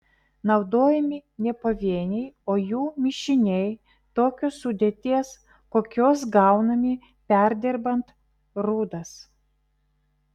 naudojami ne pavieniai o jų mišiniai tokios sudėties kokios gaunami perdirbant rūdas